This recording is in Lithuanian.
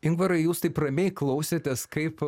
ingvarai jūs taip ramiai klausėtės kaip